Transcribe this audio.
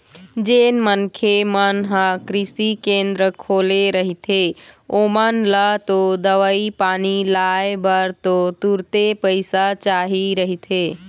जेन मनखे मन ह कृषि केंद्र खोले रहिथे ओमन ल तो दवई पानी लाय बर तो तुरते पइसा चाही रहिथे